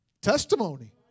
testimony